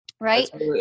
right